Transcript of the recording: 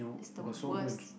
is the worst